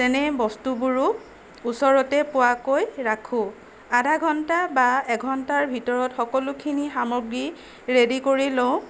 তেনে বস্তুবোৰো ওচৰতে পোৱাকৈ ৰাখোঁ আধা ঘণ্টা বা এঘণ্টাৰ ভিতৰত সকলোখিনি সামগ্ৰী ৰেডি কৰি লওঁ